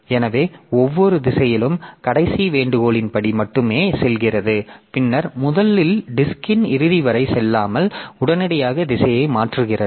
எனவே ஒவ்வொரு திசையிலும் கடைசி வேண்டுகோளின்படி மட்டுமே செல்கிறது பின்னர் முதலில் டிஸ்க்ன் இறுதி வரை செல்லாமல் உடனடியாக திசையை மாற்றுகிறது